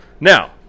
Now